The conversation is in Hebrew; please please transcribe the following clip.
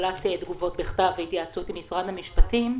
קבלת תגובות בכתב והתייעצות עם משרד המשפטים,